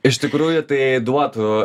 iš tikrųjų tai duotų